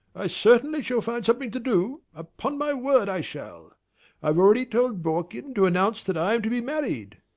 i certainly shall find something to do, upon my word i shall! i have already told borkin to announce that i am to be married.